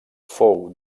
fou